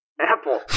Apple